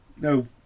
No